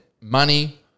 money